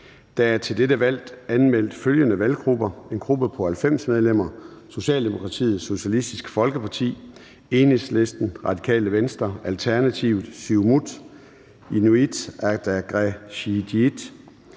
Der er til dette valg anmeldt følgende valggrupper: en gruppe på 90 medlemmer: Socialdemokratiet, Socialistisk Folkeparti, Enhedslisten, Radikale Venstre, Alternativet, Siumut, Inuit Ataqatigiit